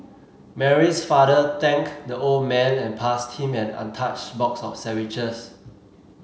Mary's father thanked the old man and passed him an untouched box of sandwiches